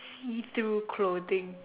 see through clothing